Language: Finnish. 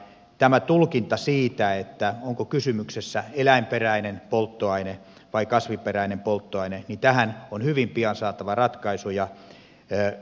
tähän tulkintaan siitä onko kysymyksessä eläinperäinen polttoaine vai kasviperäinen polttoaine on hyvin pian saatava ratkaisu